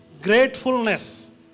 gratefulness